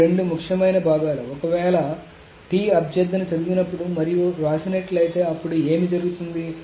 ఇవి రెండు ముఖ్యమైన భాగాలు ఒకవేళ T అభ్యర్ధన చదివినప్పుడు మరియు వ్రాసినట్లయితే అప్పుడు ఏమి జరుగుతుంది